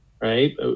right